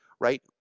right